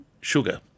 sugar